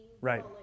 Right